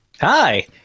Hi